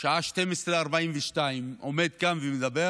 בשעה 00:42, עומד כאן ומדבר